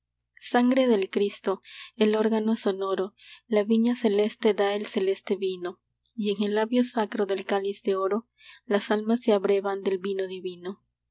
sangre del cristo el órgano sonoro la viña celeste da el celeste vino y en el labio sacro del cáliz de oro las almas se abrevan del vino divino sangre